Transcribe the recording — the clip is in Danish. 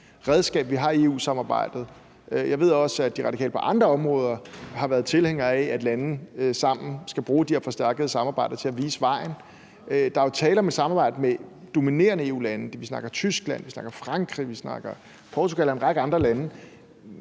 redskab, vi har i EU-samarbejdet. Jeg ved også, at De Radikale på andre områder har været tilhængere af, at lande sammen skal bruge de her forstærkede samarbejder til at vise vejen. Der er jo tale om et samarbejde med dominerende EU-lande. Vi snakker Tyskland. Vi snakker Frankrig. Vi snakker Portugal og en række andre lande.